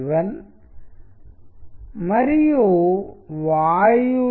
ఇప్పుడు మనం తదుపరి చిత్రాన్ని చూద్దాం వచనం అదే ఉంటుంది కానీ చిత్రం చాలా భిన్నంగా ఉంటుంది